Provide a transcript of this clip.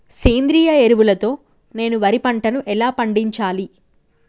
సేంద్రీయ ఎరువుల తో నేను వరి పంటను ఎలా పండించాలి?